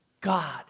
God